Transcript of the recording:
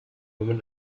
human